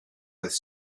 with